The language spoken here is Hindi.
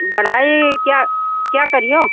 बढ़ई क्या क्या करिओ